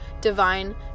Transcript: divine